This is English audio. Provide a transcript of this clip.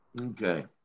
Okay